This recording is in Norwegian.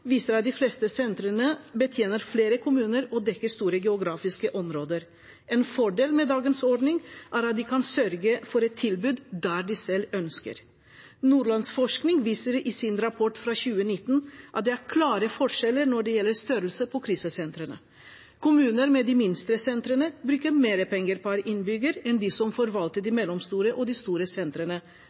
viser at de fleste sentrene betjener flere kommuner og dekker store geografiske områder. En fordel med dagens ordning er at de kan sørge for et tilbud der de selv ønsker. Nordlandsforskning viser i sin rapport fra 2019 at det er klare forskjeller når det gjelder størrelser på krisesentrene. Kommuner med de minste sentrene bruker mer penger per innbygger enn de som forvalter de mellomstore og store sentrene,